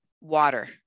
Water